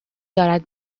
دارد